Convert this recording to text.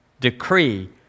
decree